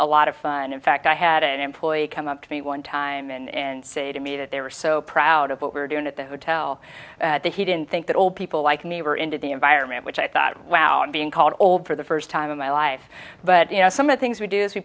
a lot of fun in fact i had an employee come up to me one time and say to me that they were so proud of what we're doing at the hotel that he didn't think that old people like me were into the environment which i thought wow i'm being called old for the first time in my life but you know some of things we do is